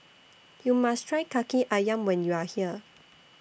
YOU must Try Kaki Ayam when YOU Are here